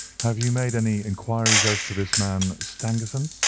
have you made any inquiries as to this man, stangerson?